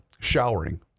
showering